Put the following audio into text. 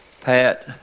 Pat